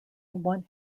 won